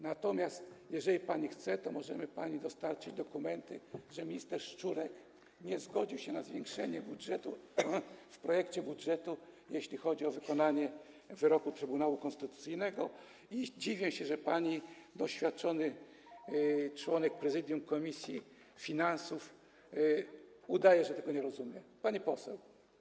Natomiast jeżeli pani chce, to możemy pani dostarczyć dokumenty, że minister Szczurek nie zgodził się na zwiększenie budżetu w projekcie budżetu, jeśli chodzi o wykonanie wyroku Trybunału Konstytucyjnego, i dziwię się, że pani, doświadczony członek prezydium komisji finansów, udaje, że tego nie rozumie, pani poseł.